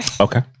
Okay